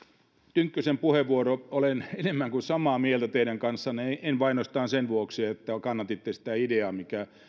tynkkysen puheenvuoro olen enemmän kuin samaa mieltä teidän kanssanne en vain ainoastaan sen vuoksi että kannatitte sitä ideaa